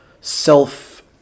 self